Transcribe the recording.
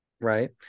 Right